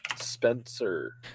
Spencer